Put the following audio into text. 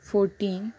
fourteen